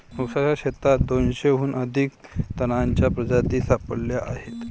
ऊसाच्या शेतात दोनशेहून अधिक तणांच्या प्रजाती सापडल्या आहेत